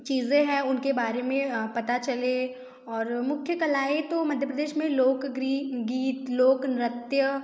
चीज़ें हैं उनके बारे में पता चले और मुख्य कलाएँ तो मध्य प्रदेश में लोक ग्रीत गीत लोक नृत्य